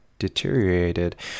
deteriorated